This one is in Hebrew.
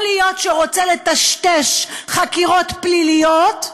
להיות שהוא רוצה לטשטש חקירות פליליות,